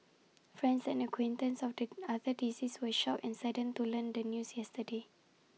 friends and acquaintances of the other deceased were shocked and saddened to learn the news yesterday